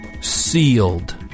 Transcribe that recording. sealed